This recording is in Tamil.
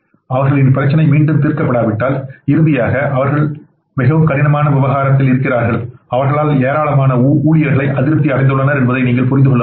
அவர்களின் பிரச்சினைகள் மீண்டும் தீர்க்கப்படாவிட்டால் இறுதியாக அவர்கள் மிகவும் கடினமான விவகாரத்தில் இருக்கிறார்கள் அவர்களால் ஏராளமான ஊழியர்களை அதிருப்தி அடைந்துள்ளனர் என்பதை நீங்கள் புரிந்து கொள்ள முடியும்